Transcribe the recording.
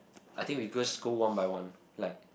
I think we just go one by one like